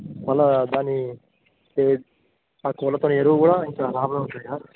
మళ్ళా దాన్ని ఈ ఆ కోళ్ళ పైన ఎరువు కూడా ఇంకా లాభం ఉంటుంది కదా